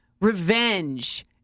revenge